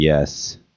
Yes